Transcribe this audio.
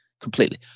completely